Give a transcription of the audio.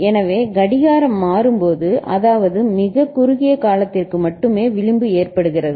எனவே கடிகாரம் மாறும்போது அதாவது மிகக் குறுகிய காலத்திற்கு மட்டுமே விளிம்பு ஏற்படுகிறது